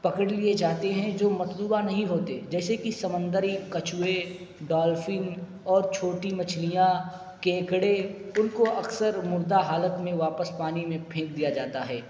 پکڑ لیے جاتے ہیں جو مطلوبہ نہیں ہوتے جیسے کہ سمندری کچھوے ڈولفن اور چھوٹی مچھلیاں کیکڑے ان کو اکثر مردہ حالت میں واپس پانی میں پھینک دیا جاتا ہے